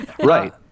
Right